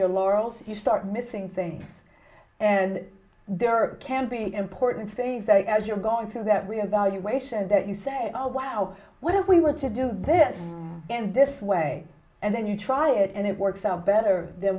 your laurels you start missing things and there are can be important things that as you're going through that reevaluation that you say oh wow what if we were to do this and this way and then you try it and it works out better than